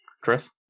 chris